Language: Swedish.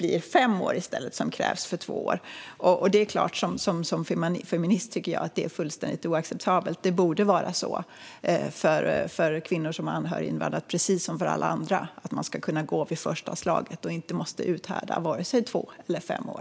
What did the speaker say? I stället för två år krävs fem år. Som feminist tycker jag såklart att det är fullständigt oacceptabelt. Det borde vara så för kvinnor som har anhöriginvandrat, precis som för alla andra, att man ska kunna gå vid första slaget. De ska inte behöva uthärda sig vare sig två år eller fem år.